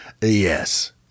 yes